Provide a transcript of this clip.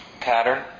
pattern